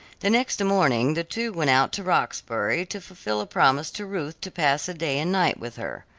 the next morning the two went out to roxbury to fulfil a promise to ruth to pass a day and night with her.